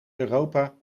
europa